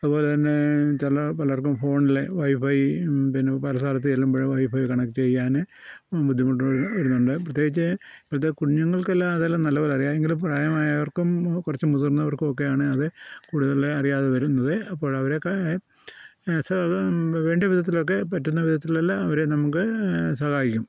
അതുപോലെ തന്നെ ചില പലർക്കും ഫോണിലെ വൈഫൈ പിന്നെ പല സ്ഥലത്ത് ചെല്ലുമ്പഴും വൈഫൈ കണക്ട് ചെയ്യാന് ബുദ്ധിമുട്ടുകൾ വരുന്നുണ്ട് പ്രത്യേകിച്ച് ഇപ്പഴത്തെ കുഞ്ഞുങ്ങൾക്കെല്ലാം അതെല്ലാം നല്ലത് പോലെ അറിയാം എങ്കിലും പ്രായമായവർക്കും കുറച്ച് മുതിർന്നവർക്കും ഒക്കെയാണ് അത് കൂടുതല് അറിയാതെ വരുന്നത് അപ്പോഴ് അവരെയൊക്കെ വേണ്ടവിധത്തിലൊക്കെ പറ്റുന്ന വിധത്തിലെല്ലാം അവരെ നമുക്ക് സഹായിക്കാം